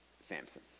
Samson